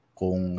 kung